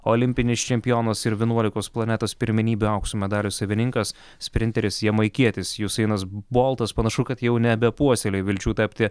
olimpinis čempionas ir vienuolikos planetos pirmenybių aukso medalio savininkas sprinteris jamaikietis jusainas boltas panašu kad jau nebepuoselėja vilčių tapti